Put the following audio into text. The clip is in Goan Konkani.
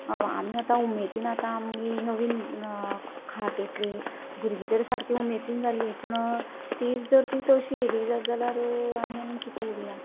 आमी आतां उमेदीन आतां आमी नवीन खाट येतली भुरगीं तर सामकीं उमेदीर जाल्लीं पूण तीच जर ती तशी येली जाल्यार आनी आनी किते उल्ला